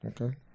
Okay